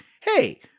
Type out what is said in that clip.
hey-